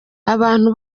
abantu